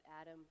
Adam